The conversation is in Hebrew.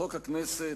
חוק הכנסת,